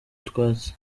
utwatsi